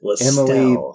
Emily